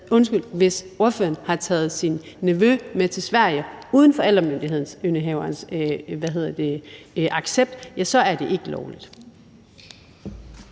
Hvis ordføreren har taget sin nevø med til Sverige uden forældremyndighedsindehaverens accept, er det ikke lovligt.